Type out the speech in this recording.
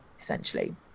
essentially